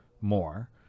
more